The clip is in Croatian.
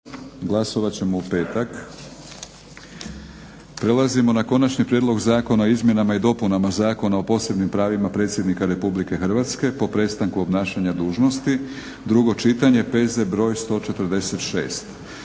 **Leko, Josip (SDP)** Konačni prijedlog zakona o izmjenama i dopunama Zakona o posebnim pravima predsjednika Republike Hrvatske po prestanku obnašanja dužnosti, drugo čitanje, P.Z. br. 146.